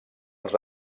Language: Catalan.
els